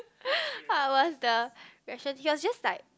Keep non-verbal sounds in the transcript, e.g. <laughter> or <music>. <breath> what was the reaction he was just like